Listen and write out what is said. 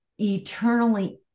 eternally